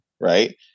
right